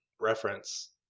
reference